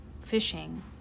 fishing